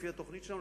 לפי התוכנית שלנו,